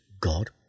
God